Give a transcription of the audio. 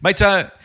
Mate